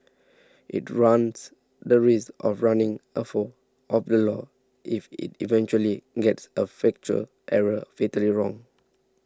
it runs the risk of running afoul of the law if it eventually gets a factual error fatally wrong